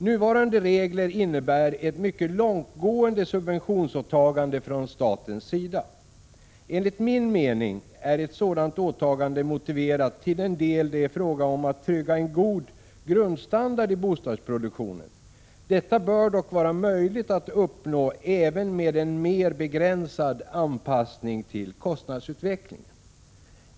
Nuvarande regler innebär ett mycket långtgående subventionsåtagande från statens sida. Enligt min mening är ett sådant åtagande motiverat till den del det är fråga om att trygga en god grundstandard i bostadsproduktionen. Detta bör dock vara möjligt att uppnå även med en mer begränsad anpassning till kostnadsutvecklingen.